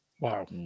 Wow